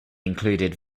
included